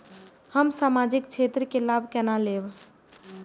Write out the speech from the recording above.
हम सामाजिक क्षेत्र के लाभ केना लैब?